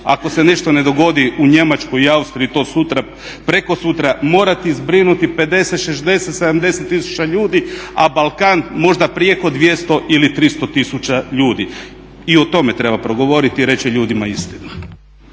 ako se nešto ne dogodi u Njemačkoj i Austriji to sutra, prekosutra morati zbrinuti, 50, 60, 70 tisuća ljudi a balkan možda preko 200 ili 300 tisuća ljudi i o tome treba progovoriti i reći ljudima istinu.